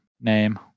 name